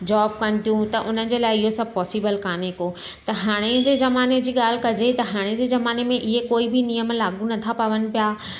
job कनि थियूं त उन्हनि जे लाइ इहे सभु पॉसिबल कान्हे को त हाणे जे ज़माने जी ॻाल्हि करिजे त हाणे जे ज़माने में इहे कोई बि नियम लागू नथा पवनि पिया